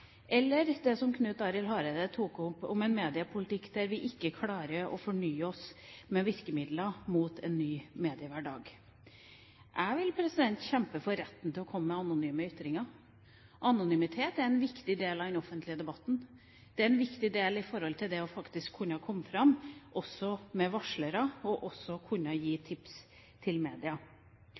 eller dette som Knut Arild Hareide tok opp, om en mediepolitikk der vi ikke klarer å fornye oss med virkemidler mot en ny mediehverdag. Jeg vil kjempe for retten til å komme med anonyme ytringer. Anonymitet er en viktig del av den offentlige debatten. Det er en viktig del av det å faktisk kunne komme fram, også med varslere, og å kunne gi tips til media.